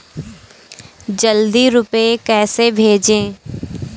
जल्दी रूपए कैसे भेजें?